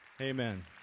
Amen